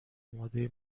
امادهی